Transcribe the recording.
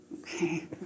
okay